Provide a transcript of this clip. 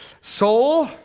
Soul